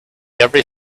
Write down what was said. every